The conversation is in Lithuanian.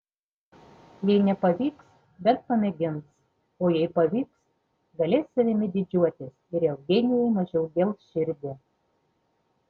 jei nepavyks bent pamėgins o jei pavyks galės savimi didžiuotis ir eugenijai mažiau gels širdį